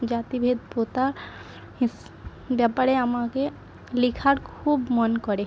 জাতিভেদ প্রথা ব্যাপারে আমাকে লেখার খুব মন করে